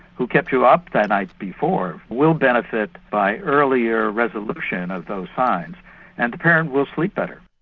who kept you up that night before will benefit by earlier resolution of those signs and the parent will sleep better.